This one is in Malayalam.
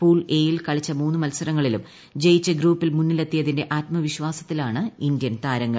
പൂൾ എ യിൽ കളിച്ച മൂന്നു മത്സരങ്ങളിലും ജയിച്ച് ഗ്രൂപ്പിൽ മുന്നിലെത്തിയതിന്റെ ആത്മവിശ്വാസത്തിലാണ് ഇന്ത്യൻ താരങ്ങൾ